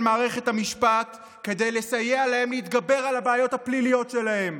מערכת המשפט כדי לסייע להם להתגבר על הבעיות הפליליות שלהם.